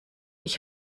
ich